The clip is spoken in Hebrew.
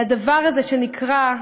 לבין הגדה המערבית.